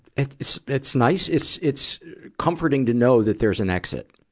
it's, it's it's nice. it's, it's comforting to know that there's an exit.